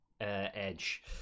edge